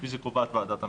כפי שקובעת ועדת המחירים.